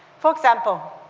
for example,